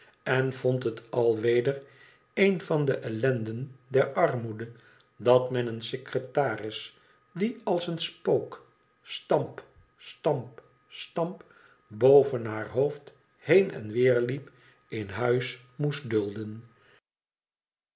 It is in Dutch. cd vond het alweder een van de ellenden der armoede dat men een secretaris die als een spook stamp stamp stamp boven haar hoofd heen en weer liep in huis moest dulden